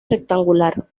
rectangular